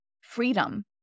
freedom